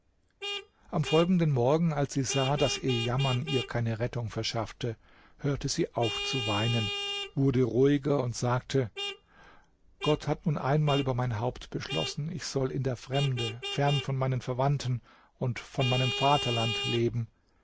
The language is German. am folgenden morgen als sie sah daß ihr jammern ihr keine rettung verschaffte hörte sie auf zu weinen wurde ruhiger und sagte gott hat nun einmal über mein haupt beschlossen ich soll in der fremde fern von meinen verwandten und von meinem vaterland leben